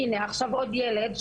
שהינה עכשיו עוד ילד,